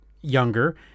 younger